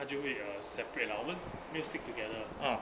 她就会 separate 我们没有 stick together